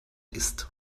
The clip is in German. ist